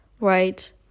Right